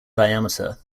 diameter